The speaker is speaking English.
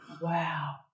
Wow